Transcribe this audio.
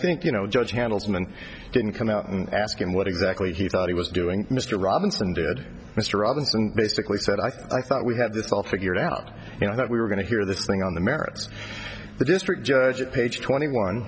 think you know judge hamilton and didn't come out and ask him what exactly he thought he was doing mr robinson did mr robinson basically said i thought we had this all figured out you know that we were going to hear this thing on the merits the district judge page twenty one